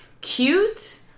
cute